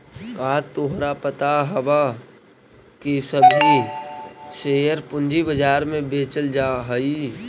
का तोहरा पता हवअ की सभी शेयर पूंजी बाजार में बेचल जा हई